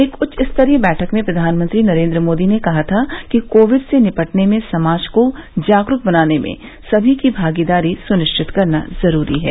एक उच्चस्तरीय बैठक में प्रधानमंत्री नरेन्द्र मोदी ने कहा था कि कोविड से निपटने में समाज को जागरूक बनाने में सभी की भागीदारी सुनिश्चित करना जरूरी है